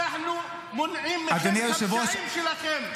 -- אנחנו מונעים מכם את הפשעים שלכם,